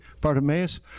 Bartimaeus